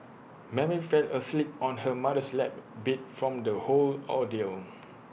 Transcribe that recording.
Mary fell asleep on her mother's lap beat from the whole ordeal